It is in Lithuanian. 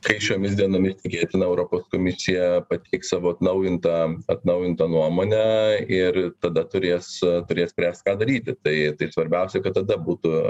kai šiomis dienomis tikėtina europos komisija pateiks savo atnaujintą atnaujintą nuomonę ir tada turės turės spręst ką daryti tai tai svarbiausia kad tada būtų